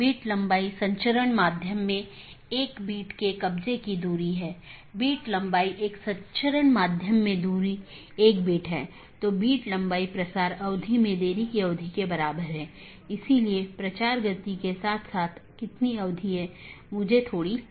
BGP के संबंध में मार्ग रूट और रास्ते पाथ एक रूट गंतव्य के लिए पथ का वर्णन करने वाले विशेषताओं के संग्रह के साथ एक गंतव्य NLRI प्रारूप द्वारा निर्दिष्ट गंतव्य को जोड़ता है